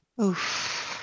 Oof